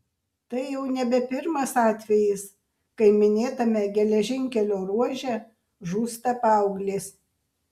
tai jau nebe pirmas atvejis kai minėtame geležinkelio ruože žūsta paauglės